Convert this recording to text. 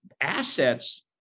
assets